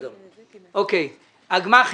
הגמ"חים,